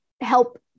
help